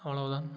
அவ்வளோதான்